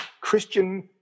christian